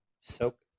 soak